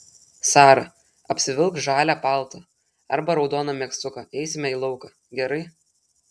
sara apsivilk žalią paltą arba raudoną megztuką eisime į lauką gerai